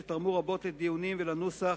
שתרמו רבות לדיונים ולנוסח,